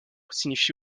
signifie